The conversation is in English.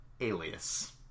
Alias